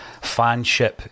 fanship